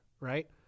right